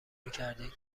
میکردید